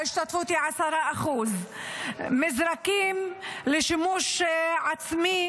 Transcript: ההשתתפות היא 10%; מזרקים לשימוש עצמי